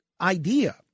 idea